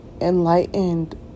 enlightened